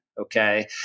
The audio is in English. Okay